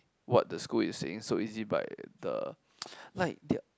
what the school is saying so easy by the like their